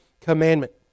commandment